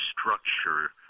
structure